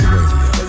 Radio